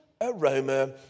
aroma